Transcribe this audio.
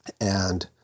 And-